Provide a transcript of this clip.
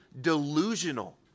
delusional